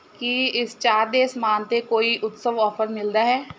ਕੀ ਇਸ ਚਾਹ ਦੇ ਸਮਾਨ 'ਤੇ ਕੋਈ ਉਤਸਵ ਔਫ਼ਰ ਮਿਲਦਾ ਹੈ